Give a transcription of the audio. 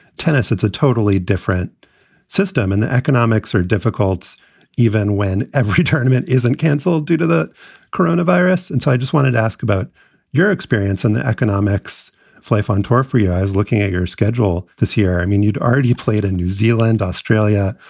tennis, it's a totally different system. and the economics are difficult even when every tournament isn't canceled due to the corona virus inside. just wanted to ask about your experience and the economics play on tour for you. i was looking at your schedule this year. i mean, you'd already played in new zealand, australia,